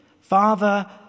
Father